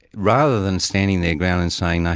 rather than standing their ground and saying,